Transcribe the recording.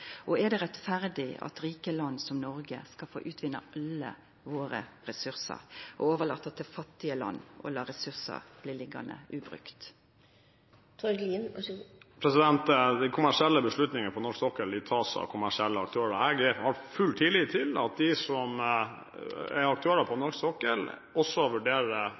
Og er det rettferdig at rike land som Noreg skal få utvinna alle våre ressursar, og overlata til fattige land å la ressursar bli liggjande ubrukte? De kommersielle beslutningene på norsk sokkel tas av kommersielle aktører. Jeg har full tillit til at de som er aktører på norsk sokkel, også vurderer